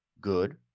good